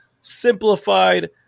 simplified